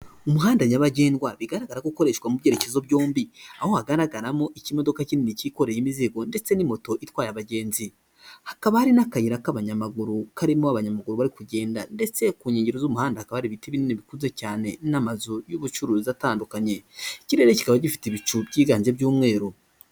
Umuhanda nyabagendwa bigaragara ko ukoreshwa mu byerekezo byombi, aho hagaragaramo ikimodoka kinini cyikoreye imizigo ndetse n'imoto itwaye abagenzi. Hakaba hari n'akayira k'abanyamaguru karimo abanyamaguru bari kugenda ndetse ku nkengero z'umuhanda hakaba hari ibiti binini bikuze cyane n'amazu y'ubucuruzi atandukanye. Ikirere kikaba gifite ibicu byiganje by'umweru.